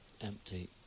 empty